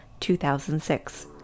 2006